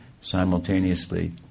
simultaneously